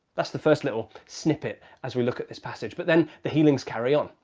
that's the first little snippet as we look at this passage. but then the healings carry on.